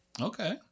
Okay